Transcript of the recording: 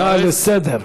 הצעה לסדר-היום.